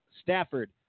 Stafford